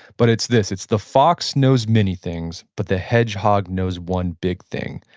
but it's this, it's the fox knows many things, but the hedgehog knows one big thing.